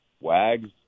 Wags